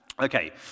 Okay